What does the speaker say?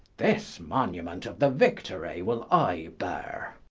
this monument of the victory will i beare,